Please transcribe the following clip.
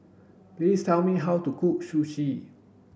please tell me how to cook Sushi